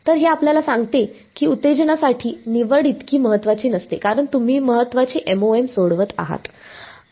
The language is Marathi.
तर हे आपल्याला सांगते की उत्तेजनाची निवड इतकी महत्त्वाची नसते कारण तुम्ही महत्वाचे MoM सोडवित आहात